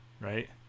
right